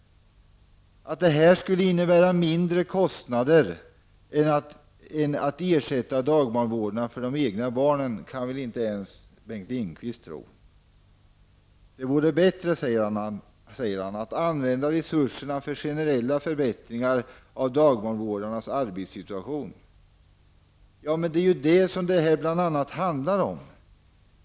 Att det här skulle innebära mindre kostnader än att ersätta dagbarnvårdaren för de egna barnen kan väl inte ens Bengt Lindqvist tro på. Det vore bättre att använda resurserna för generella förbättringar av dagbarnvårdarnas arbetssituation, säger statsrådet. Men det är ju bl.a. detta det helar handlar om.